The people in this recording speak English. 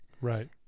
Right